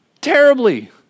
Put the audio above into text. terribly